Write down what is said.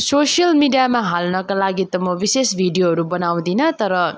social मिडियामा हाल्नका लागि त म विशेष भिडियोहरू बनाउदिनँ तर